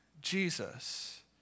Jesus